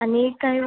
आणि काही व